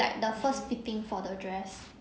like the first fitting for the dress